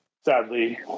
sadly